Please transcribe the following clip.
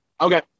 Okay